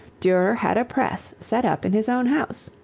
durer had a press set up in his own house.